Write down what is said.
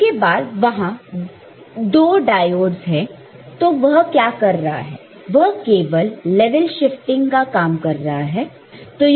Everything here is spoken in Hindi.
उसके बाद वहां तो डायोडस है तो वह क्या कर रहा है वह केवल लेवल शिफ्टिंग का काम कर रहा है